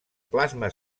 plasma